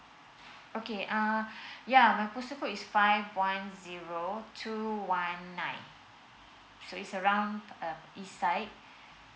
okay uh yeah my postal code is five one zero two one nine so It's around uh east side